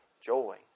joy